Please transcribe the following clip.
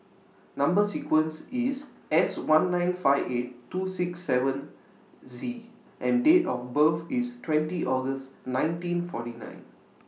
Number sequence IS S one nine five eight two six seven Z and Date of birth IS twenty August nineteen forty nine